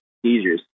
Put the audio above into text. Seizures